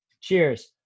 Cheers